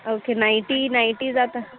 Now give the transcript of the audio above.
okay नायटी नायटी जाता